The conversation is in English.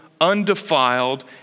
undefiled